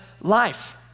life